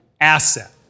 Asset